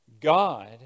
God